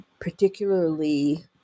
particularly